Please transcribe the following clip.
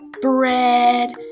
bread